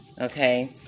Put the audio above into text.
okay